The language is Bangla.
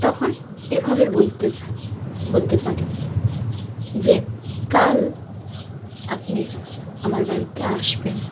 তখন এভাবে বলতে বলতে পারি যে কাল আপনি আমার বাড়িতে আসবেন